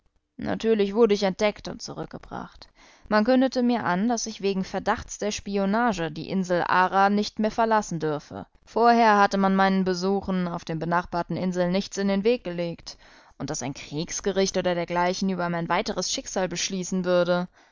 natürlich wurde ich entdeckt und zurückgebracht man kündete mir an daß ich wegen verdachts der spionage die insel ara nicht mehr verlassen dürfe vorher hatte man meinen besuchen auf den benachbarten inseln nichts in den weg gelegt und daß ein kriegsgericht oder dergleichen über mein weiteres schicksal beschließen würde